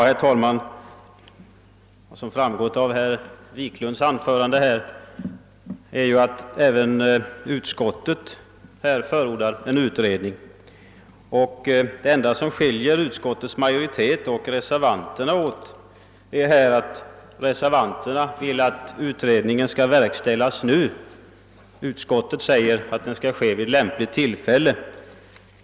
Herr talman! Såsom framgått av herr Wiklunds i Stockholm anförande förordar även utskottet en utredning. Det enda som skiljer uiskottets majoritet och reservanterna åt är det förhållandet att reservanterna önskar att den begärda utredningen skall verkställas nu medan utskottets majoritet menar att den skall företas vid lämpligt tillfälle.